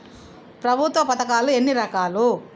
ప్రభుత్వ పథకాలు ఎన్ని రకాలు?